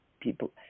people